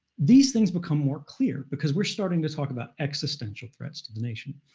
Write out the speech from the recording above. these things become more clear, because we're starting to talk about existential threats to the nation.